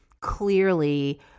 clearly